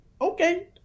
okay